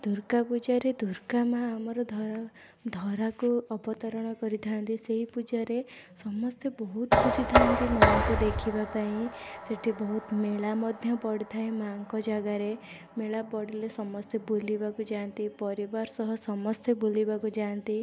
ଦୁର୍ଗା ପୂଜାରେ ଦୁର୍ଗା ମା' ଆମର ଧରା ଧରାକୁ ଅବତରଣ କରିଥାନ୍ତି ସେହି ପୂଜାରେ ସମସ୍ତେ ବହୁତ ଖୁସି ଥାଆନ୍ତି ମା'ଙ୍କୁ ଦେଖିବା ପାଇଁ ସେଇଠି ବହୁତ ମେଳା ମଧ୍ୟ ପଡ଼ିଥାଏ ମା'ଙ୍କ ଜାଗାରେ ମେଳା ପଡ଼ିଲେ ସମସ୍ତେ ବୁଲିବାକୁ ଯାଆନ୍ତି ପରିବାର ସହ ସମସ୍ତେ ବୁଲିବାକୁ ଯାଆନ୍ତି